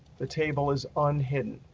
the table is unhidden.